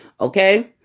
Okay